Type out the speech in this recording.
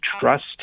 trust